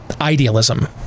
idealism